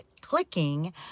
clicking